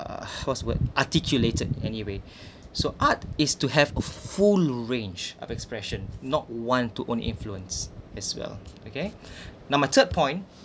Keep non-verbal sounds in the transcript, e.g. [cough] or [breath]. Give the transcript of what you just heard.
was would articulated anyway [breath] so art is to have a full range of expression not want to own influence as well okay [breath] now my third point